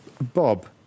Bob